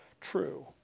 true